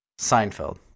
Seinfeld